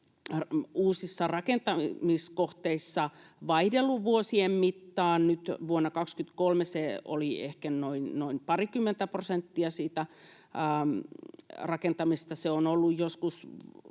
uusissa rakentamiskohteissa vaihdellut vuosien mittaan. Vuonna 23 se oli ehkä noin parikymmentä prosenttia siitä rakentamisesta. Joskus,